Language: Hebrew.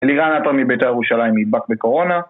אלירן עטר מביתר ירושלים נדבק בקורונה